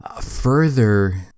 further